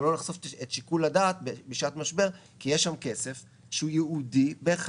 לא לחשוף את שיקול הדעת בשעת משבר כי יש שם כסף שהוא ייעודי לאירוע הזה.